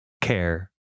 care